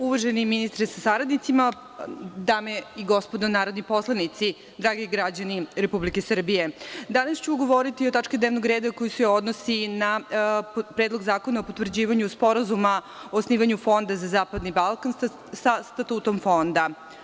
Uvaženi ministre sa saradnicima, dame i gospodo narodni poslanici, dragi građani Republike Srbije, danas ću govoriti o tački dnevnog reda koja se odnosi na Predlog zakona o potvrđivanju Sporazuma o osnivanju Fonda za zapadni Balkan, sa statutom Fonda.